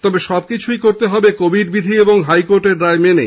তবে সব কিছুই করতে হবে কোভিড বিধি ও হাইকোর্টের রায় মেনে